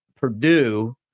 Purdue